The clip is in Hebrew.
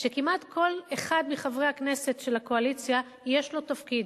שכמעט לכל אחד מחברי הכנסת של הקואליציה יש בה תפקיד,